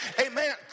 Amen